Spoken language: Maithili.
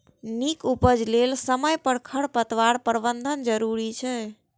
नीक उपज लेल समय पर खरपतवार प्रबंधन जरूरी छै